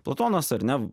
platonas ar ne